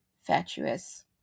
fatuous